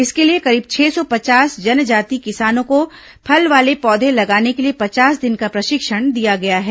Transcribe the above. इसके लिए करीब छह सौ पचास जनजाति किसानों को फल वाले पौधे लगाने के लिए पचास दिन का प्रशिक्षण दिया गया है